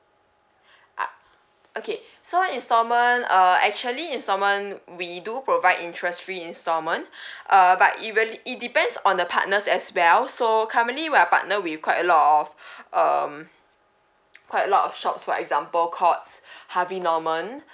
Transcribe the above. ah okay so instalment uh actually instalment we do provide interest free instalment err but it really it depends on the partners as well so currently we are partner with quite a lot of um quite a lot of shops for example courts harvey norman